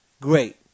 Great